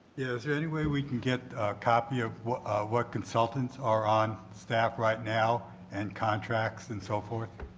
is there any way we can get a copy of what consultants are on staff right now and contracts and so forth?